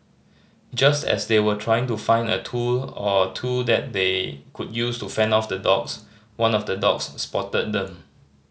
just as they were trying to find a tool or two that they could use to fend off the dogs one of the dogs spotted them